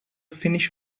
finnish